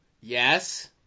Yes